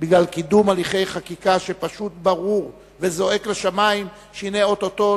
בגלל קידום הליכי חקיקה שפשוט ברור וזועק לשמים שהנה או-טו-טו